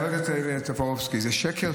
חבר הכנסת טופורובסקי, זה שקר?